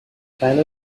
find